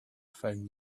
found